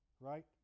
right